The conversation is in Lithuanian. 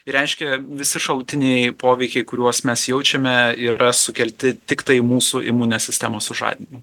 reiškia visi šalutiniai poveikiai kuriuos mes jaučiame yra sukelti tiktai mūsų imuninės sistemos sužadinimo